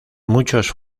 muchos